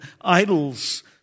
idols